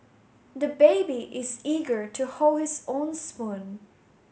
the baby is eager to hold his own spoon